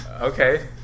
Okay